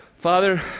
Father